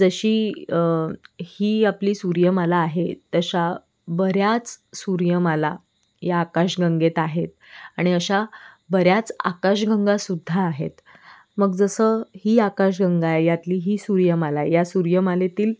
जशी ही आपली सूर्यमाला आहे तशा बऱ्याच सूर्यमाला या आकाशगंगेत आहेत आणि अशा बऱ्याच आकाशगंगासुद्धा आहेत मग जसं ही आकाशगंगा आहे यातली ही सूर्यमाला आहे या सूर्यमालेतील